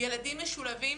ילדים משולבים